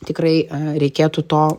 tikrai reikėtų to